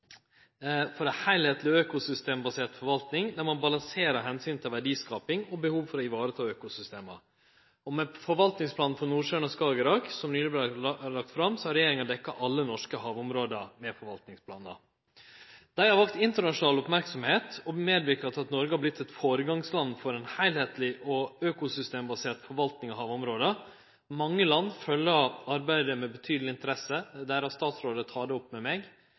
for ei heilskapleg økosystembasert forvalting, der ein balanserer omsynet til verdiskaping og behovet for å ta vare på økosystema. Med forvaltingsplanen for Nordsjøen og Skagerrak, som nyleg vart lagd fram, har regjeringa dekt alle norske havområde med forvaltingsplanar. Dei har vekt internasjonal merksemd og medverka til at Noreg har vorte eit føregangsland for ei heilskapleg og økosystembasert forvalting av havområda. Mange land følgjer arbeidet med betydeleg interesse, og statsrådane deira tek det opp med meg,